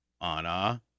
Anna